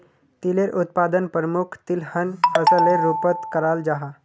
तिलेर उत्पादन प्रमुख तिलहन फसलेर रूपोत कराल जाहा